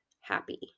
happy